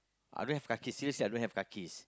I don't have kakis seriously I don't have kakis